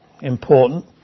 important